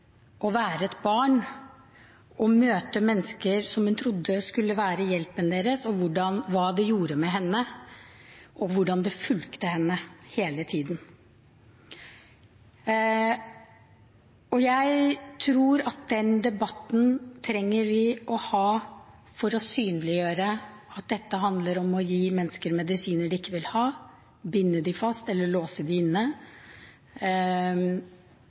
å være et barn og møte mennesker som hun trodde skulle være hjelpen hennes, hva det gjorde med henne, og hvordan det fulgte henne hele tiden. Jeg tror at den debatten trenger vi å ha for å synliggjøre at dette handler om å gi mennesker medisiner de ikke vil ha, binde dem fast eller låse dem inne,